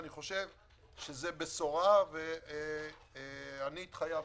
זו בשורה, והתחייבתי,